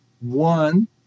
one